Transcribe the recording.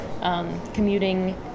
Commuting